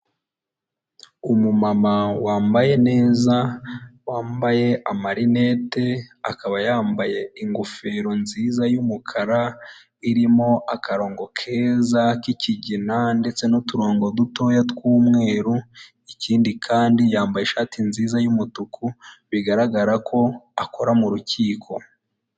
Umumama wambaye neza, wambaye amarinete, akaba yambaye ingofero nziza y'umukara, irimo akarongo keza kikigina ndetse n'uturongo dutoya tw'umweru, ikindi kandi yambaye ishati nziza y'umutuku, bigaragara ko akora mu rukiko.